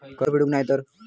कर्ज फेडूक नाय तर?